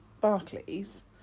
Barclays